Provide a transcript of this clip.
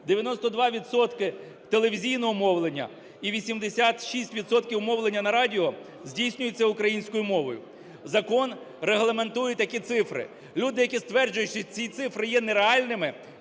телевізійного мовлення і 86 відсотків мовлення на радіо здійснюються українською мовою. Закон регламентує такі цифри. Люди, які стверджують, що ці цифри є нереальними,